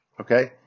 Okay